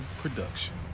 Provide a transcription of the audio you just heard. production